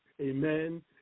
Amen